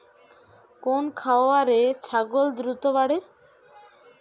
কোন খাওয়ারে ছাগল দ্রুত বাড়ে?